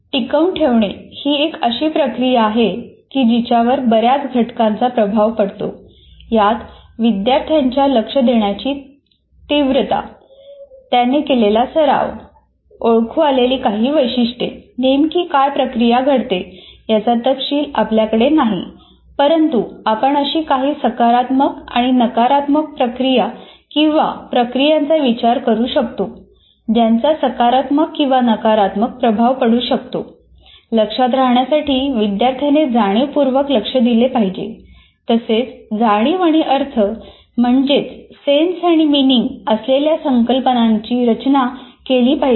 टिकवून ठेवणे ही एक अशी प्रक्रिया आहे की जिच्यावर बऱ्याच घटकांचा प्रभाव पडतो यात विद्यार्थ्यांच्या लक्ष देण्याची तीव्रता त्याने केलेला सराव ओळखू आलेली काही वैशिष्ट्ये नेमकी काय प्रक्रिया घडते याचा तपशील आपल्याकडे नाही परंतु आपण अशा काही सकारात्मक आणि नकारात्मक प्रक्रिया किंवा प्रक्रियांचा विचार करू शकतो ज्यांचा सकारात्मक किंवा नकारात्मक प्रभाव पडू शकतो लक्षात राहण्यासाठी विद्यार्थ्याने जाणीवपूर्वक लक्ष दिले पाहिजे तसेच जाणीव आणि अर्थ म्हणजेच सेन्स आणि मीनिंग असलेल्या संकल्पनांची रचना केली पाहिजे